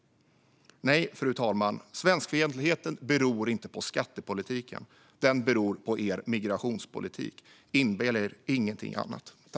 Nej, fru talman, svenskfientligheten beror inte på skattepolitiken. Den beror på regeringens migrationspolitik. Inbilla er inget annat!